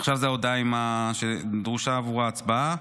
עכשיו ההודעה שדרושה עליה הצבעה.